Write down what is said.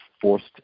forced